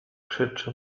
krzyczy